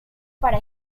para